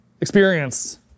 Experience